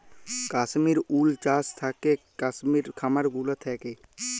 Kashmir wool চাস থাকেক কাশ্মির খামার গুলা থাক্যে